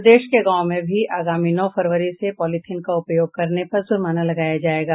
प्रदेश के गांवों में भी आगामी नौ फरवरी से पॉलिथीन का उपयोग करने पर जुर्माना लगाया जायेगा